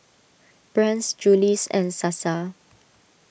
Brand's Julie's and Sasa